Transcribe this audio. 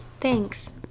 Thanks